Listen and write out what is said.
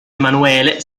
emanuele